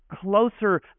closer